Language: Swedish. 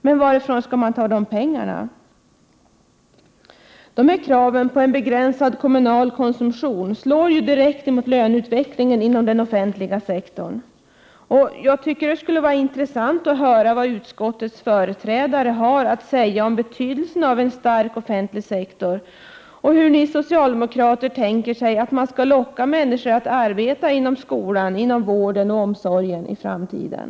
Men varifrån skall pengarna tas? Kraven på en begränsad kommunal konsumtion slår direkt emot löneutvecklingen inom den offentliga sektorn. Jag tycker att det skulle vara intressant att höra vad utskottets företrädare har att säga om betydelsen av en stark offentlig sektor och hur ni socialdemokrater tänker er att man skall locka människor att arbeta inom skolan, vården och omsorgen i framtiden.